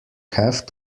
have